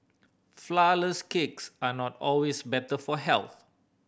flourless cakes are not always better for health